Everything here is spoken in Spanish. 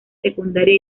secundaria